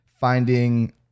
finding